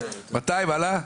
עלה?